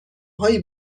هایی